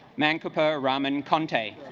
man kappa ramen conte